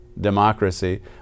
democracy